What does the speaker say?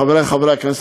חברי חברי הכנסת,